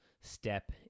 step